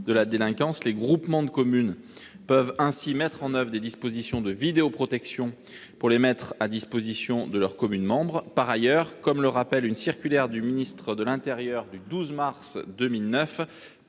de la délinquance, les groupements de communes peuvent ainsi mettre en oeuvre des systèmes de vidéoprotection et les mettre à disposition de leurs communes membres. Par ailleurs, comme le rappelle une circulaire du ministre de l'intérieur du 12 mars 2009,